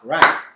Right